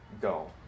go